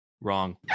Wrong